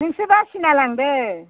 नोंसो बासिना लांदों